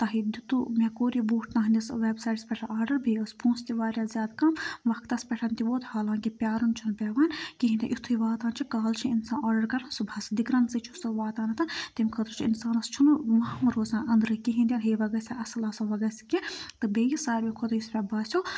تۄہہِ دِتُو مےٚ کوٚر یہِ بوٗٹھ تُہنٛدِس وٮ۪بسایٹَس پٮ۪ٹھ آرڈَر بیٚیہِ ٲس پونٛسہٕ تہِ واریاہ زیادٕ کَم وقتَس پٮ۪ٹھ تہِ ووت حالانکہِ پیٛارُن چھُنہٕ پٮ۪وان کِہیٖنۍ تہِ یُتھُے واتان چھِ کال چھِ اِنسان آرڈَر کَران صُبحَس دِگرَنسٕے چھِ سُہ واتان تیٚمہِ خٲطرٕ چھُ اِنسانَس چھُنہٕ وَہمہٕ روزان أنٛدرٕ کِہیٖنۍ تہِ نہٕ ہے وَ گَژھِ ہا اَصٕل آسان وٕ گژھِ کہ تہٕ بیٚیہِ ساروی کھۄتہٕ یُس مےٚ باسیٚو